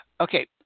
Okay